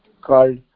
called